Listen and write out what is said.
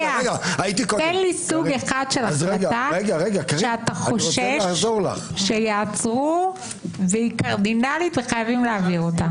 סוג אחד של החלטה שאתה חושש שיעצרו והיא קרדינלית וחייבים להעביר אותה.